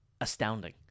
astounding